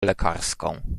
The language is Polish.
lekarską